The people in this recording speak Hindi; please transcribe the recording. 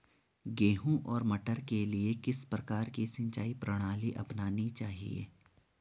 गेहूँ और मटर के लिए किस प्रकार की सिंचाई प्रणाली अपनानी चाहिये?